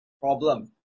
problem